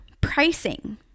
pricing